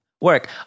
work